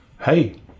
hey